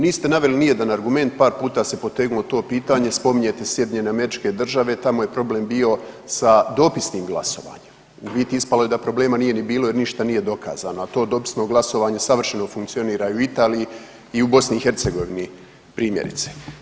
Niste naveli nijedan argument, par puta se potegnulo to pitanje, spominjete SAD tamo je problem bio sa dopisnim glasovanjem u biti ispalo je da problema nije ni bilo jer ništa nije dokazano, a to dopisno glasovanje savršeno funkcionira i u Italiji i u BiH primjerice.